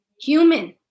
human